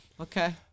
Okay